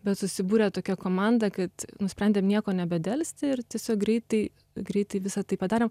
bet susibūrė tokia komanda kad nusprendėm nieko nebedelsti ir tiesiog greitai greitai visa tai padarėm